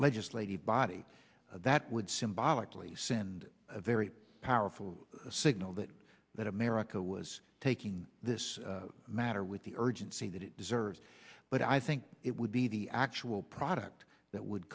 legislative body that would symbolically send a very powerful signal that that america was taking this matter with the urgency that it deserves but i think it would be the actual product that would